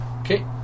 Okay